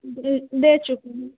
दे चुकि हूँ